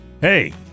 Hey